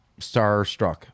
starstruck